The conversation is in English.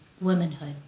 womanhood